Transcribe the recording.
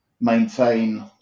maintain